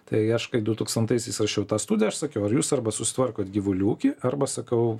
tai aš kai dutūkstantaisiais rašiau tą studiją aš sakiau ar jūs arba susitvarkot gyvulių ūkį arba sakau